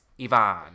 Ivan